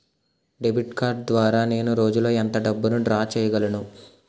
Debit card ద్వారా నేను రోజు లో ఎంత డబ్బును డ్రా చేయగలను?